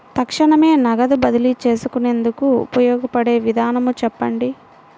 తక్షణమే నగదు బదిలీ చేసుకునేందుకు ఉపయోగపడే విధానము చెప్పండి?